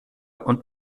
und